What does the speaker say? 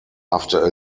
after